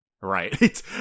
right